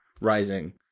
rising